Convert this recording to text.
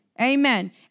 amen